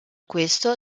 questo